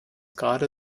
gerade